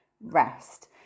rest